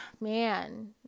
man